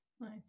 Nice